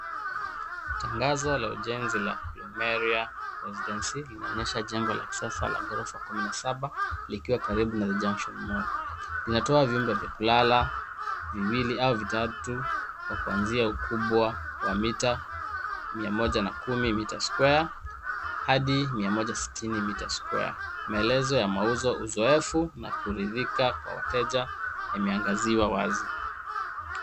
Tangazo la ujenzi la Glomeria Residency inaonyesha jengo la kisasa lenye ghorofa kumi na saba likiwa karibu na Junction Mall. Inatoa vyumba vya kulala viwili au vitatu kwa kuanzia ukubwa wa mita mia moja na kuma metre square hadi mia moja sitini metre square . Maelezo ya mauzo, uzoefu na kuridhika kwa wateja imeangaziwa wazi.